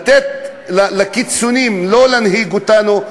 לא לתת לקיצונים להנהיג אותנו,